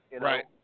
Right